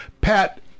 pat